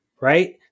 right